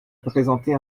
présenté